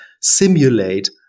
simulate